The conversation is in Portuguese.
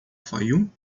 fayoum